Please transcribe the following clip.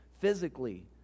physically